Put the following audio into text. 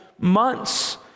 months